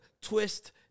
twist